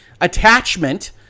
attachment